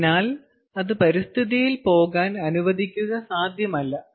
അതിനാൽ അത് പരിസ്ഥിതിയിൽ പോകാൻ അനുവദിക്കുക സാധ്യമല്ല